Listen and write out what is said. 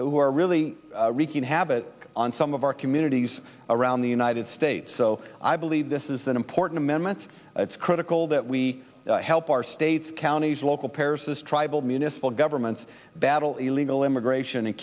who are really wreaking havoc on some of our communities around the united states so i believe this is an important amendment it's critical that we help our states counties local paresis tribal municipal governments battle illegal immigration and